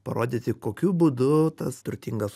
parodyti kokiu būdu tas turtingas